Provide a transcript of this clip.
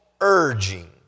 urging